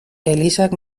elizak